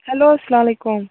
hello اَلسلامُ علیکُم